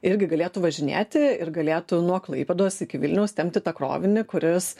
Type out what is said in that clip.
irgi galėtų važinėti ir galėtų nuo klaipėdos iki vilniaus tempti tą krovinį kuris